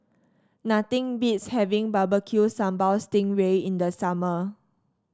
nothing beats having Barbecue Sambal Sting Ray in the summer